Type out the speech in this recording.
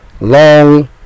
long